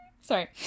sorry